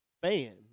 fan